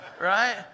Right